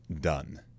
done